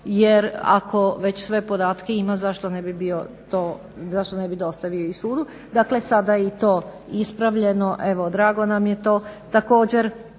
jer ako već sve podatke ima zašto ne bi dostavio i sudu. Dakle, sada je i to ispravljeno. Evo drago nam je to. Također,